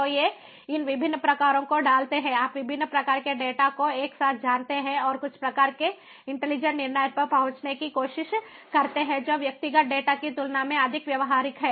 तो ये इन विभिन्न प्रकारों को डालते हैं आप विभिन्न प्रकार के डेटा को एक साथ जानते हैं और कुछ प्रकार के इंटेलिजेंट निर्णय पर पहुंचने की कोशिश करते हैं जो व्यक्तिगत डेटा की तुलना में अधिक व्यावहारिक है